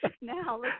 Now